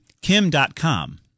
Kim.com